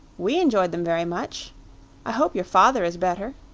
we enjoyed them very much i hope your father is better.